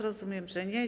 Rozumiem, że nie.